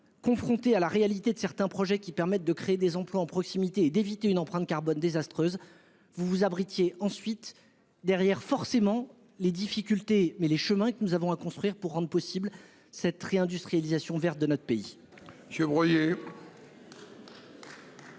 Confronté à la réalité de certains projets qui permettent de créer des emplois en proximité et d'éviter une empreinte carbone désastreuse. Vous vous abrite lui et ensuite derrière forcément les difficultés mais les chemins que nous avons à construire pour rendre possible cette réindustrialisation verte de notre pays.